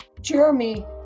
jeremy